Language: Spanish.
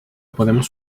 podemos